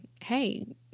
hey